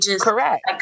correct